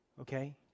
Okay